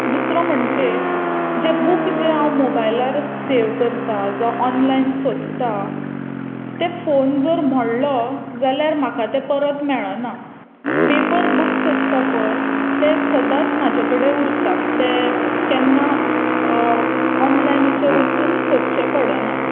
दुसरो म्हणजें जे बुक जे हांव मोबायलार सेव करता जावं ऑनलयान सोदतां ते फोन जर मोडलो जाल्यार म्हाका ते परत मेळना पेपर बुक्स आसता पळय ते सदांच म्हाजे कडेन उरता ते केन्ना ऑनलायन अशें वचून सोदचे पडना